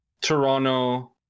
Toronto